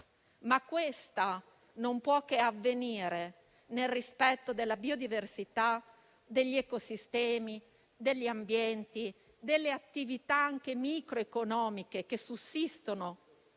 ma questa non può che avvenire nel rispetto della biodiversità, degli ecosistemi, degli ambienti e delle attività, anche microeconomiche, che sussistono